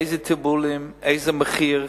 איזה טיפולים, באיזה מחיר,